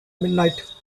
midnight